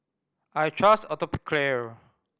I trust Atopiclair